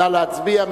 נא להצביע,